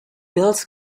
bills